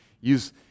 use